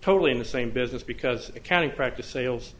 totally in the same business because accounting practice ailes